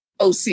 OC